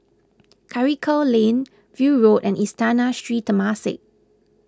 Karikal Lane View Road and Istana and Sri Temasek